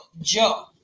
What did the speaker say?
Joe